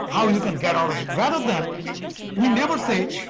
how you can get out of it. rather than we never say,